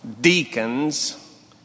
deacons